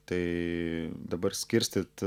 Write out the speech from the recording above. tai dabar skirstyt